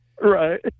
right